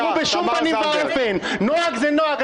ואמרו: בשום פנים ואופן, נוהל זה נוהל.